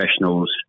professionals